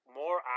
more